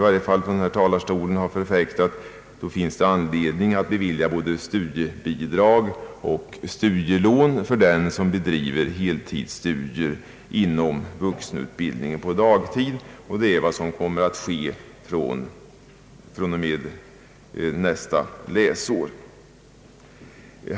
Såsom jag från denna talarstol förfäktat finns det anledning att bevilja både studielån och studiebidrag för den som bedriver heltidsstudier inom vuxenutbildningen på dagtid. Det är vad som kommer att ske från och med nästa läsår.